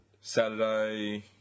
Saturday